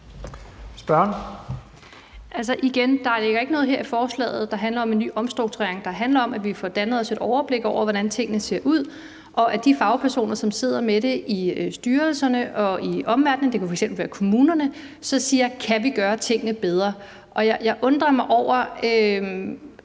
igen, at der ikke ligger noget i forslaget, der handler om en ny omstrukturering. Det handler om, at vi får dannet os et overblik over, hvordan tingene ser ud, og at de fagpersoner, som sidder med det i styrelserne og i omverdenen – det kunne f.eks. være kommunerne – så siger, om vi kan gøre tingene bedre. Mener ordføreren